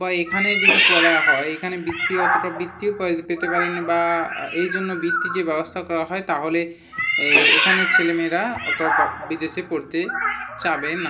বা এখানে যদি পড়া হয় এখানে বৃত্তি অতটা বৃত্তিও পাই পেতে পারেন নি বা এই জন্য বৃত্তির যে ব্যবস্থা করা হয় তাহলে এখানের ছেলে মেয়েরা অতো বা বিদেশে পড়তে চাবে না